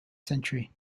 century